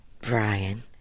Brian